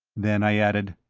then i added,